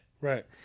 Right